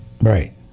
Right